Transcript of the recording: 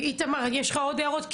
איתמר, יש לך עוד הערות,